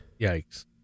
yikes